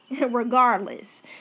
regardless